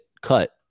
cut